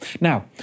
Now